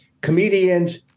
comedians